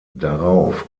darauf